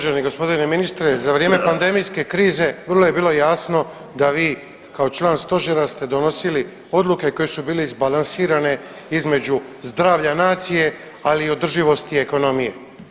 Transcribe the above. Uvaženi gospodine ministre za vrijeme pandemijske krize vrlo je bilo jasno da vi kao član stožera ste donosili odluke koje su bile izbalansirane između zdravlja nacije, ali i održivosti ekonomije.